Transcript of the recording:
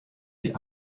sie